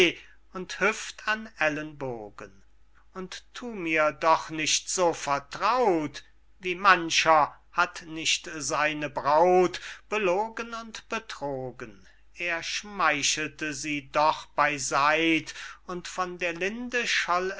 und hüft an ellenbogen und thu mir doch nicht so vertraut wie mancher hat nicht seine braut belogen und betrogen er schmeichelte sie doch bey seit und von der linde